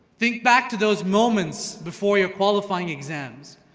think back to those moments before your qualifying exams,